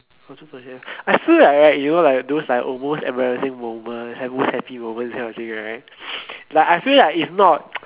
I feel like right you know like those embarrassing and those happy moment that kind of thing right like I feel like is not